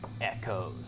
echoes